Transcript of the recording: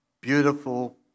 beautiful